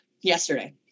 yesterday